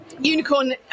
unicorn